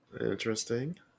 Interesting